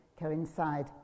coincide